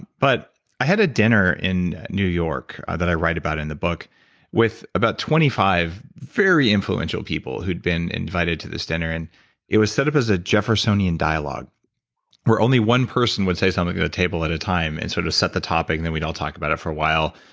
but i had a dinner in new york that i write about in the book with about twenty five very influential people who'd been invited to this dinner. and it was set up as a jeffersonian dialogue where only one person would say so um something a a table at a time and sort of set the topic then we'd all talk about it for a while,